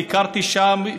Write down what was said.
ביקרתי שם,